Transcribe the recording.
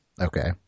Okay